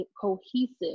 cohesive